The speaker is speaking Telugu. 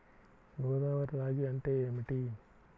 గోదావరి రాగి అంటే ఏమిటి?